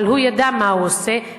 אבל הוא ידע מה הוא עושה,